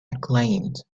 acclaimed